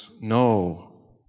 no